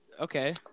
okay